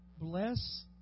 Bless